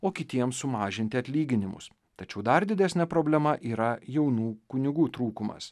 o kitiems sumažinti atlyginimus tačiau dar didesnė problema yra jaunų kunigų trūkumas